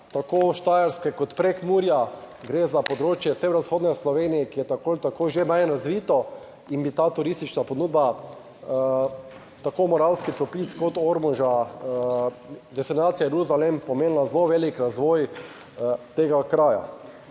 tako Štajerske kot Prekmurja, gre za področje severovzhodne Slovenije, ki je tako ali tako že manj razvito in bi ta turistična ponudba tako Moravskih toplic kot Ormoža, destinacija Jeruzalem, pomenila zelo velik razvoj tega kraja.